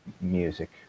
music